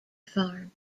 farm